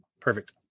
perfect